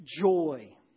joy